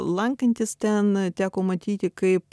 lankantis ten teko matyti kaip